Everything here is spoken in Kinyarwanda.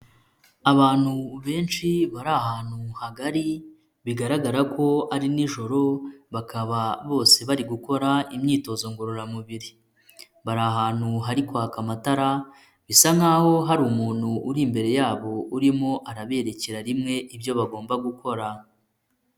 Abantu benshi bari ahantu hagari bigaragara ko ari nijoro bakaba bose bari gukora imyitozo ngororamubiri. Bari ahantu hari kwaka amatara bisa nkaho hari umuntu uri imbere yabo urimo araberekera rimwe ibyo bagomba gukora.